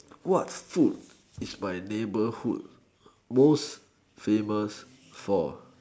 what food is my neighborhood most famous for